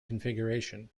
configuration